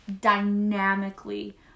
dynamically